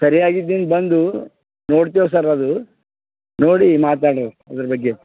ಸರ್ಯಾಗಿ ಇದ್ದೀದ್ದು ಬಂದು ನೋಡ್ತೇವೆ ಸರ್ ಅದು ನೋಡಿ ಮಾತಡೊ ಅದ್ರ ಬಗ್ಗೆ